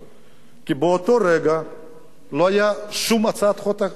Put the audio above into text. כי באותו רגע לא היתה שום הצעת חוק אחרת,